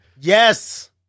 Yes